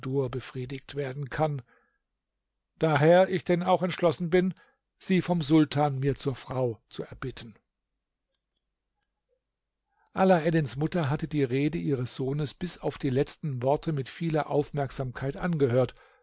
befriedigt werden kann daher ich denn auch entschlossen bin sie vom sultan mir zur frau zu erbitten alaeddins mutter hatte die rede ihres sohnes bis auf die letzten worte mit vieler aufmerksamkeit angehört